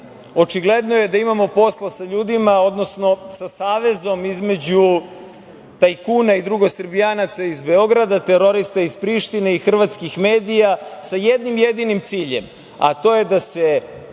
Očigledno je da imamo posla sa savezom između tajkuna i drugosrbijanaca iz Beograda, terorista iz Prištine i hrvatskih medija, sa jednim jedinim ciljem, a to je da se